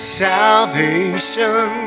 salvation